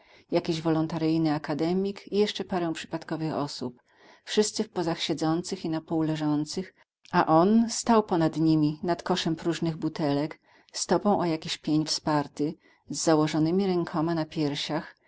jakiś wolontaryjny akademik i jeszcze parę przypadkowych osób wszyscy w pozach siedzących i napół leżących a on stał ponad nimi nad koszem próżnych butelek stopą o jakiś pień wsparty z założonymi rękoma na piersiach